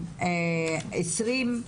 בנובמבר 2020,